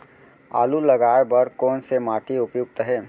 आलू लगाय बर कोन से माटी उपयुक्त हे?